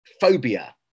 phobia